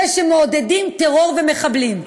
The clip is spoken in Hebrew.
ושמעודדים טרור ומחבלים.